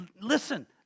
Listen